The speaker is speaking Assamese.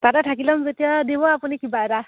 তাতে থাকি ল'ম যেতিয়া দিব আপুনি কিবা এটা